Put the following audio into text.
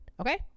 okay